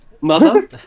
mother